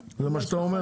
זה מה שאתה אומר?